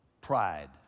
pride